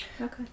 Okay